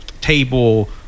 table